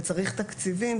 וצריך תקציבים,